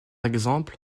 exemple